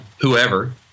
whoever